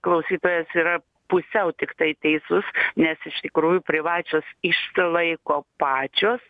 klausytojas yra pusiau tiktai teisus nes iš tikrųjų privačios išsilaiko pačios